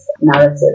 narrative